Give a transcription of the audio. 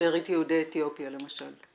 שארית יהודי אתיופיה למשל.